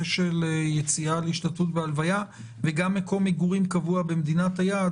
יציאה להשתתפות בהלוויה וגם מקום מגורים קבוע במדינת היעד,